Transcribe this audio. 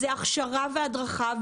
זה הכשרה והדרכה,